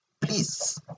Please